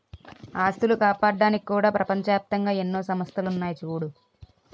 ఆస్తులు కాపాడ్డానికి కూడా ప్రపంచ ఏప్తంగా ఎన్నో సంస్థలున్నాయి చూడూ